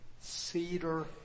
cedar